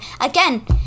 again